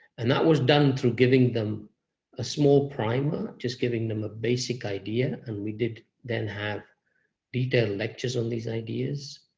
and that was done through giving them a small primer, just giving them a basic idea, and we did then have detailed lectures on these ideas.